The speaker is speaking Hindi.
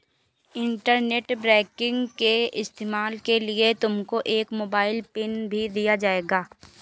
इंटरनेट बैंकिंग के इस्तेमाल के लिए तुमको एक मोबाइल पिन भी दिया जाएगा